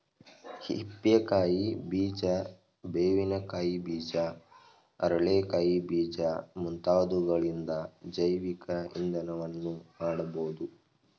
ಹಿಪ್ಪೆ ಕಾಯಿ ಬೀಜ, ಬೇವಿನ ಕಾಯಿ ಬೀಜ, ಅರಳೆ ಕಾಯಿ ಬೀಜ ಮುಂತಾದವುಗಳಿಂದ ಜೈವಿಕ ಇಂಧನವನ್ನು ಮಾಡಬೋದು